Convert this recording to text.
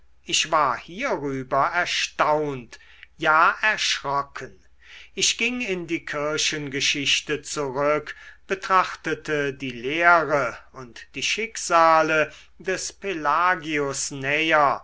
ich war hierüber erstaunt ja erschrocken ich ging in die kirchengeschichte zurück betrachtete die lehre und die schicksale des